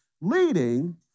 leading